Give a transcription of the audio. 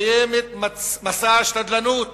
מקיימת מסע שתדלנות